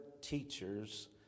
teachers